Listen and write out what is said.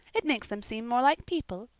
it makes them seem more like people.